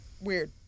Weird